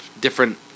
different